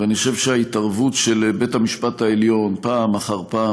ואני חושב שההתערבות של בית המשפט העליון פעם אחר פעם